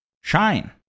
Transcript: Shine